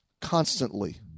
constantly